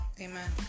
Amen